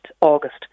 August